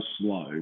slow